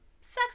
Sex